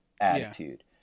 attitude